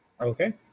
Okay